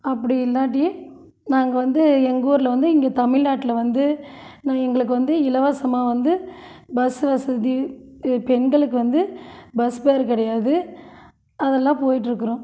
அப்படி இல்லாட்டி நாங்கள் வந்து எங்க ஊரில் வந்து இங்கே தமிழ்நாட்டில் வந்து எங்களுக்கு வந்து இலவசமாக வந்து பஸ் வசதி பெண்களுக்கு வந்து பஸ் ஃபேர் கிடையாது அதல்லாம் போய்ட்டு இருக்கிறோம்